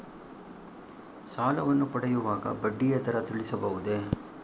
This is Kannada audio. ಸಾಲವನ್ನು ಪಡೆಯುವಾಗ ಬಡ್ಡಿಯ ದರ ತಿಳಿಸಬಹುದೇ?